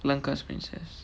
lanka's princess